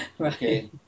Okay